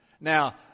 Now